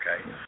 okay